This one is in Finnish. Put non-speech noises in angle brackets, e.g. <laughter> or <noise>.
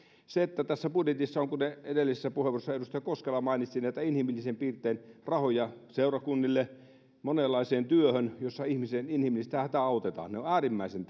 se että tässä budjetissa on kuten edellisessä puheenvuorossa edustaja koskela mainitsi näitä inhimillisen piirteen rahoja seurakunnille monenlaiseen työhön jossa ihmisen inhimillistä hätää autetaan on äärimmäisen <unintelligible>